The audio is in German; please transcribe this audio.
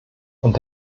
und